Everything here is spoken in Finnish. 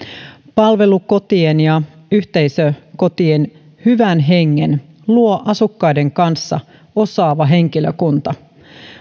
palvelukotien ja yhteisökotien hyvän hengen luo asukkaiden kanssa osaava henkilökunta